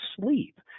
sleep